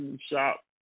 shop